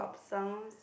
some